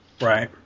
right